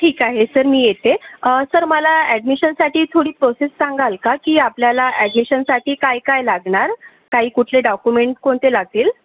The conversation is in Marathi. ठीक आहे सर मी येते सर मला ॲडमिशनसाठी थोडी प्रोसेस सांगाल का की आपल्याला ॲडमिशनसाठी काय काय लागणार काही कुठले डॉक्युमेंट कोणते लागतील